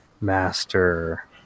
master